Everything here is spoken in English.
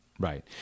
Right